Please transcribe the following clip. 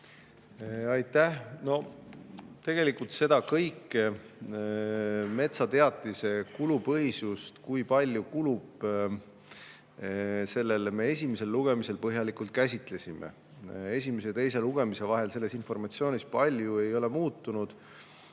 Aitäh! Tegelikult seda kõike, metsateatise kulupõhisust, kui palju sellele kulub, me esimesel lugemisel põhjalikult käsitlesime. Esimese ja teise lugemise vahel selles informatsioonis palju ei ole muutunud.